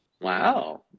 Wow